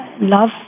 love